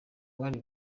bari